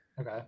Okay